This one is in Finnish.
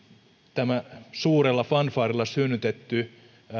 tämä suurella fanfaarilla synnytetty